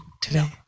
today